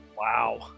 Wow